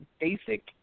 basic